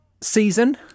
season